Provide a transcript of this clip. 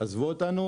עזבו אותנו,